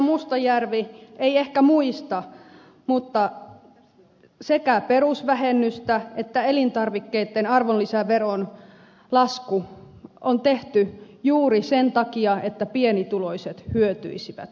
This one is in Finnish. mustajärvi ei ehkä muista mutta sekä perusvähennyksen nosto että elintarvikkeitten arvonlisäveron lasku on tehty juuri sen takia että pienituloiset hyötyisivät